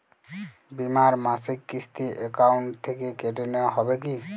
বিমার মাসিক কিস্তি অ্যাকাউন্ট থেকে কেটে নেওয়া হবে কি?